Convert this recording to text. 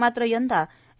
मात्र यंदा ए